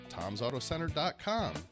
Tom'sAutoCenter.com